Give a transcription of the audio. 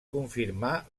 confirmar